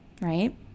right